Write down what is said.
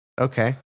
Okay